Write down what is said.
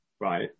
right